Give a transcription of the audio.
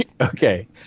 Okay